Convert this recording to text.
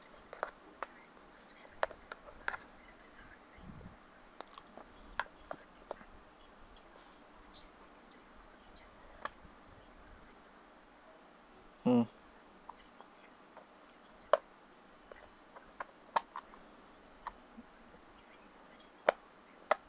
mm